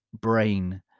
brain